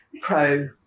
pro